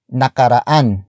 nakaraan